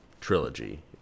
trilogy